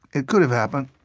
it could've happened.